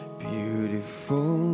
beautiful